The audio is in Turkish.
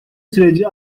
süreci